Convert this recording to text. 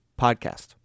podcast